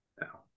now